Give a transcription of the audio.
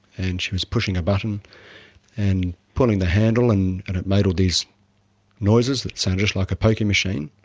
and she was pushing a button and pulling the handle, and and it made all these noises that sounded just like a poker machine.